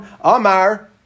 Amar